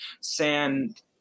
sand